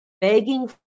begging